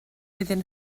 iddyn